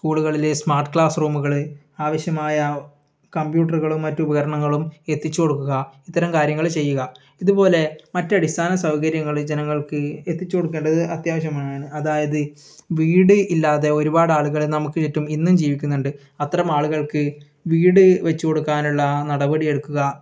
സ്കൂളുകളിൽ smart class റൂമുകൾ ആവശ്യമായ കംപ്യൂട്ടറുകളും മറ്റ് ഉപകരണങ്ങളും എത്തിച്ച് കൊടുക്കുക ഇത്തരം കാര്യങ്ങൾ ചെയ്യുക ഇതുപോലെ മറ്റടിസ്ഥാന സൗകര്യങ്ങൾ ജനങ്ങൾക്ക് എത്തിച്ച് കൊടുക്കേണ്ടത് അത്യാവശ്യമാണ് അതായത് വീട് ഇല്ലാതെ ഒരുപാട് ആളുകൾ നമുക്ക് ചുറ്റും ഇന്നും ജീവിക്കുന്നുണ്ട് അത്തരം ആളുകൾക്ക് വീട് വെച്ചുകൊടുക്കാനുള്ള നടപടി എടുക്കുക